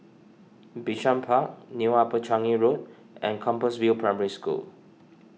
Bishan Park New Upper Changi Road and Compassvale Primary School